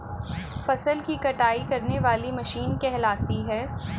फसल की कटाई करने वाली मशीन कहलाती है?